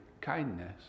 kindness